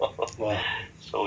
!wah!